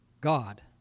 God